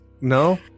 No